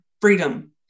freedom